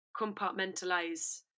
compartmentalize